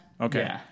Okay